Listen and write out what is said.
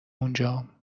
اونجام